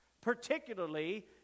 particularly